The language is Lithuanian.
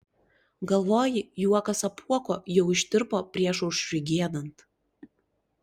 galvoji juokas apuoko jau ištirpo priešaušriui giedant